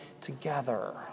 together